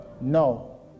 No